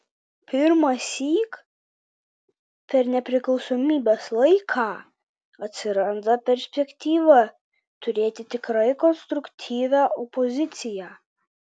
pirmąsyk per nepriklausomybės laiką atsiranda perspektyva turėti tikrai konstruktyvią opoziciją